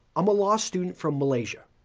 i'm a law student from malaysia.